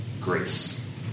Grace